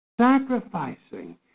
sacrificing